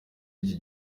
iki